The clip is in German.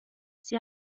sie